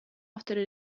авторы